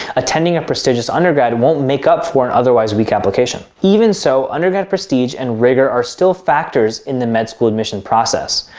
attending a prestigious undergrad won't make up for an otherwise weak application. even so undergrad prestige and rigor are still factors in the med school admission process,